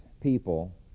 people